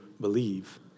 believe